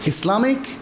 Islamic